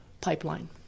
pipeline